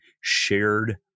shared